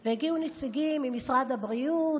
והגיעו נציגים ממשרד הבריאות